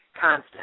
constant